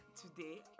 today